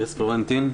איריס פלורנטין.